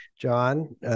John